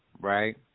right